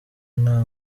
nta